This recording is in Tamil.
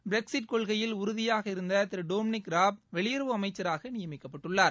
பிரக்ஸிட் கொள்கையில் உறுதியாக இருந்ததிரு டொமினிக் ராப் வெளியுறவு அமைச்சராக நியமிக்கப்பட்டுள்ளார்